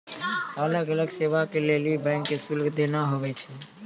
अलग अलग सेवा के लेली बैंक के शुल्क देना होय छै